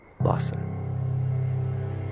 Lawson